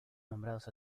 nombrados